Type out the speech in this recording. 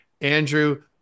Andrew